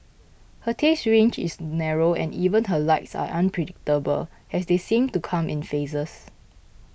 her taste range is narrow and even her likes are unpredictable as they seem to come in phases